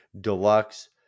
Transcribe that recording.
Deluxe